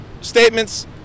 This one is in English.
statements